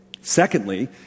Secondly